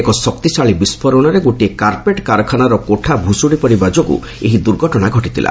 ଏକ ଶକ୍ତିଶାଳୀ ବିସ୍କୋରଣରେ ଗୋଟିଏ କାରପେଟ୍ କାରଖାନାର କୋଠା ଭୁଷୁଡ଼ି ପଡ଼ିବା ଯୋଗୁଁ ଏହି ଦୁର୍ଘଟଣା ଘଟିଥିଲା